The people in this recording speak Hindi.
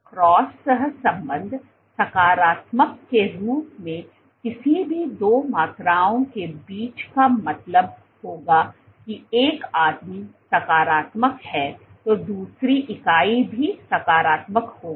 क्रॉस सहसंबंध सकारात्मक के रूप में किसी भी दो मात्राओं के बीच का मतलब होगा कि एक आदमी सकारात्मक है तो दूसरी इकाई भी सकारात्मक होगी